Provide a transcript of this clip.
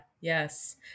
Yes